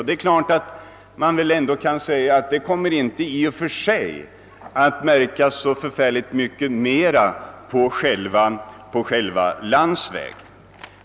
Det är klart att det i och för sig inte kommer att märkas så förfärligt mycket mera på själva landsvägen.